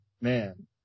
man